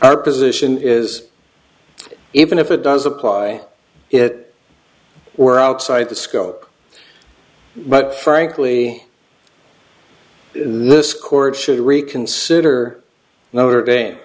our position is even if it does apply it we're outside the scope but frankly this court should reconsider notre dame